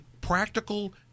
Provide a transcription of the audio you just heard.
practical